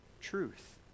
truth